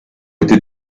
côtés